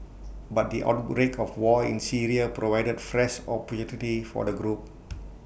but the outbreak of war in Syria provided fresh opportunity for the group